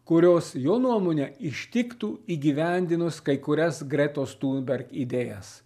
kurios jo nuomone ištiktų įgyvendinus kai kurias gretos tunberg idėjas